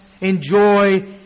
enjoy